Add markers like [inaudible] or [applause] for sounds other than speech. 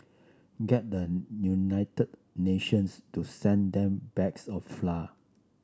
get the United Nations to send them bags of [unintelligible]